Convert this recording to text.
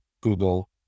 Google